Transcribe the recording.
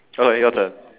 alright your turn